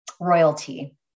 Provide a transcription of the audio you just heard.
royalty